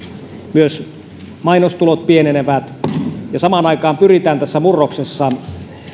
myös mainostulot pienenevät ja samaan aikaan pyritään tässä murroksessa